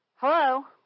Hello